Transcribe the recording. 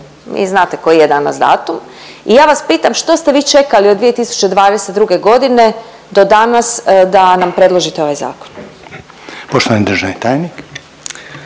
Vi znate koji je danas datum i ja vas pitam što ste vi čekali od 2022. godine do danas da nam predložite ovaj zakon. **Reiner, Željko